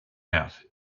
out